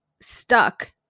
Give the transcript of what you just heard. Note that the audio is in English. stuck